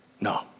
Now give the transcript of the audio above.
No